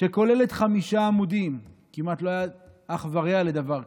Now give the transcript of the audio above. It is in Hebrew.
כוללת חמישה עמודים, כמעט לא היה אח ורע לדבר כזה.